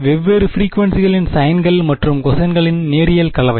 வெவ்வேறு பிரிகுவேன்சிகளின் சைன்கள் மற்றும் கொசைன்களின் நேரியல் கலவை